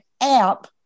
app